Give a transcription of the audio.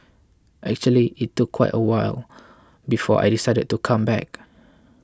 actually it took quite a while before I decided to come back